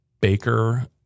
Baker